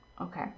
okay